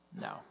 No